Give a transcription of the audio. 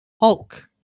Hulk